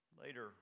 Later